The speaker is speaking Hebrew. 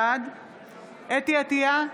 בעד חוה אתי עטייה,